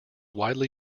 widely